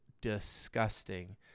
disgusting